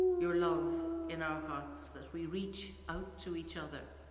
your love in our hearts that we reach out to each other